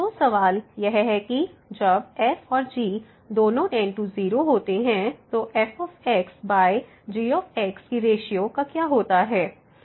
तो सवाल यह है कि जब f और g दोनों टेंड टु 0 होते हैं तो f xg कि रेश्यो का क्या होता है